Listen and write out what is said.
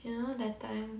you know that time